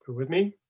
with me.